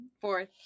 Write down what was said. fourth